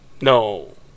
No